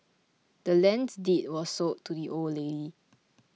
the land's deed was sold to the old lady